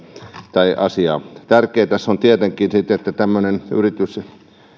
tai asiaa tärkeää tässä on tietenkin sitten se että tämmöinen yritys